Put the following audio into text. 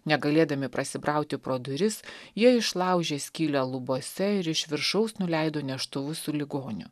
negalėdami prasibrauti pro duris jie išlaužė skylę lubose ir iš viršaus nuleido neštuvus su ligoniu